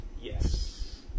Yes